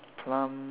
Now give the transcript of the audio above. plum